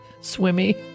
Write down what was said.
Swimmy